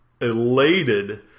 elated